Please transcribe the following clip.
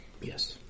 Yes